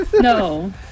No